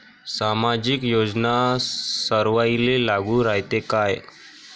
सामाजिक योजना सर्वाईले लागू रायते काय?